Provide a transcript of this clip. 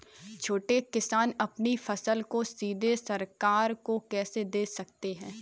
छोटे किसान अपनी फसल को सीधे सरकार को कैसे दे सकते हैं?